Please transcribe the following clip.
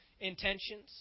intentions